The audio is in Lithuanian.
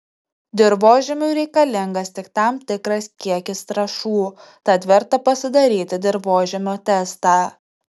dirvožemiui reikalingas tik tam tikras kiekis trąšų tad verta pasidaryti dirvožemio testą